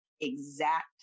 exact